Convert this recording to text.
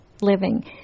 living